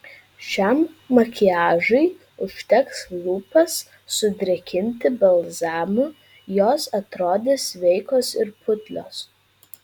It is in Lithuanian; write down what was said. šiam makiažui užteks lūpas sudrėkinti balzamu jos atrodys sveikos ir putlios